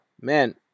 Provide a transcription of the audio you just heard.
Man